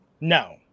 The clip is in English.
No